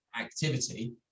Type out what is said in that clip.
activity